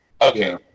Okay